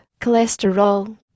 cholesterol